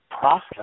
process